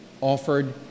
offered